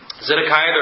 Zedekiah